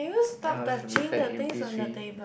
and I was a prefect in P three